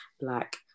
black